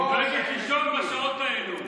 היא לא הולכת לישון בשעות האלה.